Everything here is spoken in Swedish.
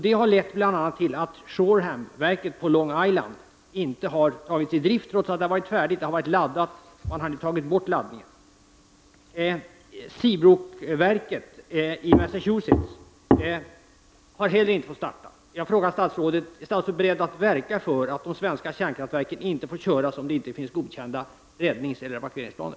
Det har bl.a. lett till att kärnkraftverket i Shoreham på Long Island inte har tagits i drift trots att det har varit färdigt. Det har varit laddat, men man har nu tagit bort laddningen. Kärnkraftverket i Seabrook i Massachusetts har heller inte fått starta. Är statsrådet beredd att verka för att de svenska kärnkraftverken inte får köras om det inte finns godkända räddningsoch evakueringsplaner?